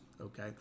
okay